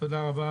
תודה רבה